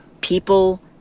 people